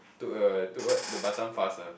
took a took what Batam fast ah